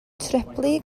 treblu